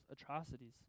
atrocities